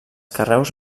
carreus